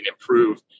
improve